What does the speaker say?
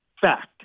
fact